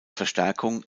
verstärkung